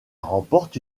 remporte